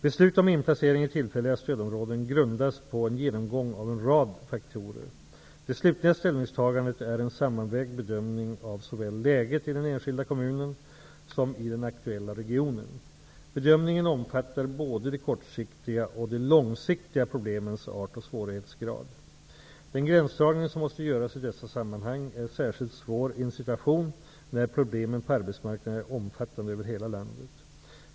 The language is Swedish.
Beslut om inplacering i tillfälliga stödområden grundas på en genomgång av en rad faktorer. Det slutliga ställningstagandet är en sammanvägd bedömning av såväl läget i den enskilda kommunen som i den aktuella regionen. Bedömningen omfattar både de kortsiktiga och de långsiktiga problemens art och svårighetsgrad. Den gränsdragning som måste göras i dessa sammanhang är särskilt svår i en situation när problemen på arbetsmarknaden är omfattande över hela landet.